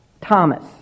Thomas